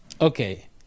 Okay